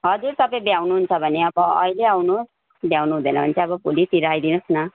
हजुर तपाईँ भ्याउनुहुन्छ भने अब अहिले आउनुहोस् भ्याउनुहुँदैन भने चाहिँ अब भोलितिरआइदिनु होस् न